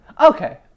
okay